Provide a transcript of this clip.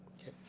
Okay